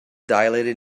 dilated